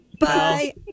Bye